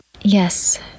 Yes